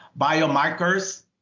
biomarkers